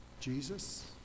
Jesus